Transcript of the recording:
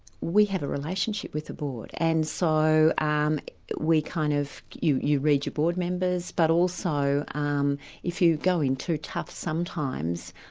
we have a relationship with the board. and so um we kind of you you read your board members, but also um if you go in too tough sometimes,